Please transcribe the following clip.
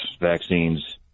vaccines